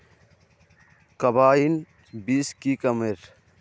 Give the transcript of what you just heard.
Carbine बीस की कमेर?